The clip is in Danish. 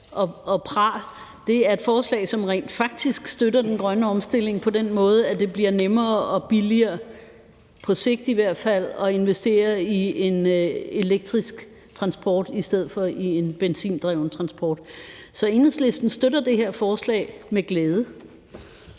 og pral. Det er et forslag, som rent faktisk støtter den grønne omstilling på den måde, at det bliver nemmere og billigere – i hvert fald på sigt – at investere i elektrisk transport i stedet for i benzindrevet transport. Så Enhedslisten støtter det her forslag med glæde.